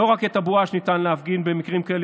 לא רק את הבואש ניתן להפעיל במקרים כאלה,